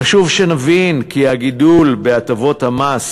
חשוב שנבין כי הגידול בהטבות המס